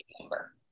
number